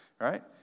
Right